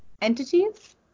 entities